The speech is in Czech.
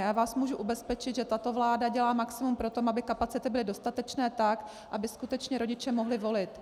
Já vás můžu ubezpečit, že tato vláda dělá maximum pro to, aby kapacity byly dostatečné, tak aby skutečně rodiče mohli volit.